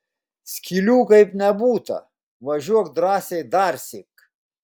skylių kaip nebūta važiuok drąsiai darsyk